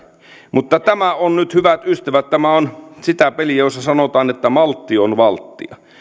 mutta tämä on nyt hyvät ystävät sitä peliä jossa sanotaan että maltti on valttia